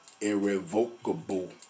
irrevocable